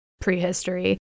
prehistory